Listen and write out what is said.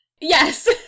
yes